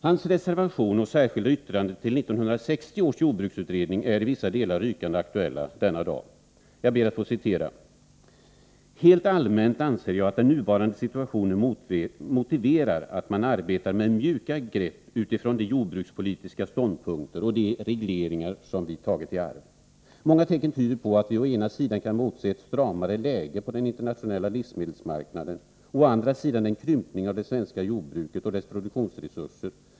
Dennes reservation och särskilda yttrande till 1960 års jordbruksutredning är i vissa delar rykande aktuella i denna dag: ”Helt allmänt anser jag att den nuvarande situationen motiverar att man arbetar med mjuka grepp utifrån de jordbrukspolitiska ståndpunkter och de regleringar som vi tagit i arv. Många tecken tyder på, att vi å ena sidan kan motse ett stramare läge på den internationella livsmedelsmarknaden och å andra sidan en krympning av det svenska jordbruket och dess produktionsresurser.